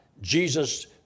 Jesus